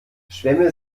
schwämme